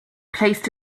placed